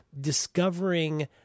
discovering